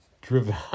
driven